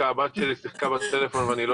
ופה אנחנו מבינים שזה בערך כ-100,000 משפחות,